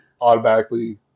automatically